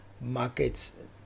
markets